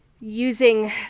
using